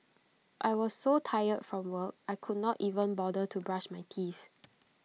I was so tired from work I could not even bother to brush my teeth